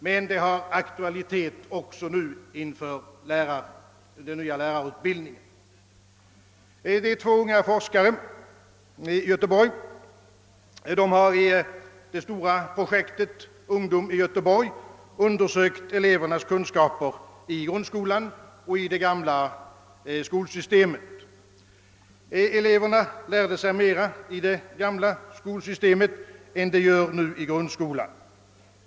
Men frågan har aktualitet också nu, när vi behandlar spörsmålen om den nya lärarutbildningen. Två unga forskare i Göteborg har i det stora projektet Ungdom i Göteborg undersökt elevernas kunskaper efter genomgången grundskola och efter genomgång av skolan enligt det gamla skolsystemet. Eleverna lärde sig mer i den gamla skolan än i grundskolan.